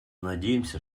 надеемся